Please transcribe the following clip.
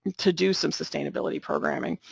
to do some sustainability programming.